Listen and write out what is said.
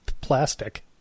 plastic